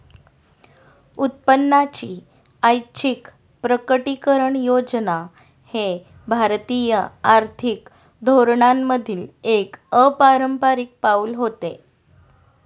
उत्पन्नाची ऐच्छिक प्रकटीकरण योजना हे भारतीय आर्थिक धोरणांमधील एक अपारंपारिक पाऊल होते